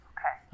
Okay